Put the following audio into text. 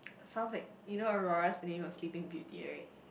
sounds like you know Aurora's name of sleeping beauty right